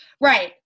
right